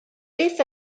beth